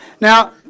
Now